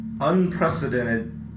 unprecedented